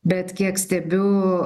bet kiek stebiu